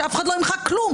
שאף אחד לא ימחק כלום,